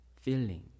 feeling